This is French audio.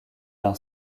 d’un